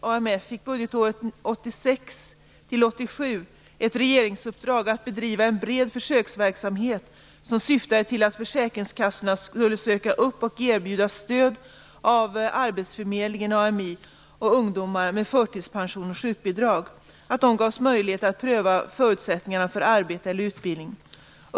1986 AMI, och ungdomar med förtidspension/sjukbidrag gavs möjlighet att pröva förutsättningarna för arbete eller utbildning.